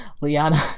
Liana